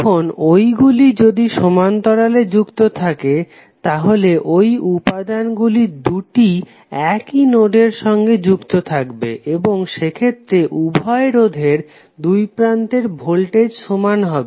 এখন ওইগুলি যদি সমান্তরালে যুক্ত থাকে তাহলে ঐ উপাদানগুলি দুটি একই নোডের সঙ্গে যুক্ত থাকবে এবং সেক্ষেত্রে উভয় রোধের দুইপ্রান্তের ভোল্টেজ সমান হবে